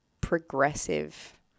progressive